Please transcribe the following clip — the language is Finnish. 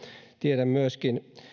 tiedän myöskin